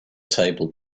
table